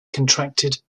contracted